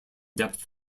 depth